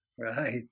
right